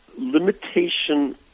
limitation